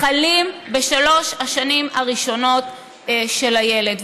חל בשלוש השנים הראשונות של הילד,